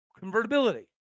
convertibility